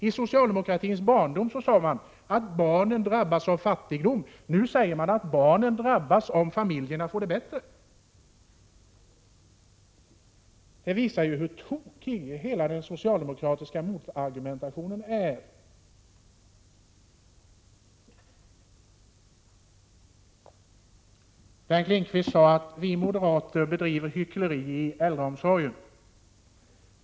I socialdemokratins barndom sade man att barnen drabbades av fattigdom. Nu säger man att de drabbas om familjerna får det bättre. Det visar hur tokig hela den socialdemokratiska motargumentationen är. Bengt Lindqvist sade att vi moderater hycklar när det gäller äldreomsorgen.